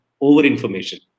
over-information